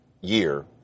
year